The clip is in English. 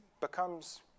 becomes